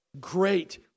great